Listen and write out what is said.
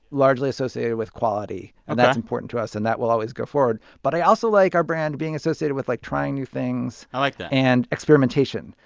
largely associated with quality. and that's important to us. and that will always go forward. but i also like our brand being associated with, like, trying new things. i like that. and experimentation.